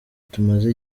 tumaze